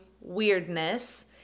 weirdness